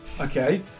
okay